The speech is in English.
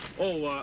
oh, ah.